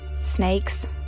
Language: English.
Snakes